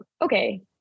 okay